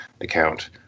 account